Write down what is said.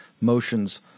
motions